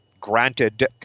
granted